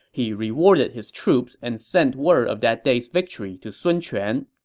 he rewarded his troops and sent word of that day's victory to sun quan.